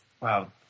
wow